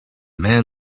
man